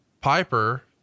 piper